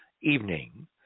evening